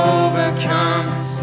overcomes